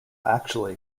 actually